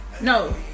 No